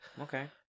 Okay